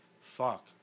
fuck